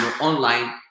online